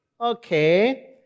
Okay